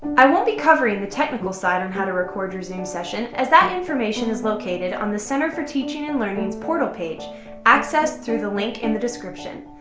i won't be covering the technical side on how to record your zoom session as that information is located on the center for teaching and learning's portal page accessed through the link in the description.